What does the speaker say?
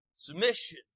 Submission